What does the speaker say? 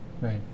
right